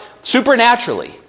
supernaturally